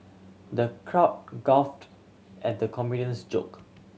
the crowd guffawed at the comedian's joke